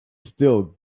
still